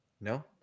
No